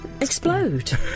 explode